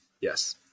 Yes